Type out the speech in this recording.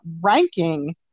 ranking